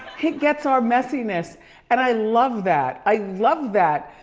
he gets our messiness and i love that. i love that.